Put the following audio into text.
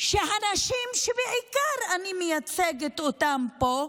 שהנשים שאני בעיקר מייצגת אותן פה,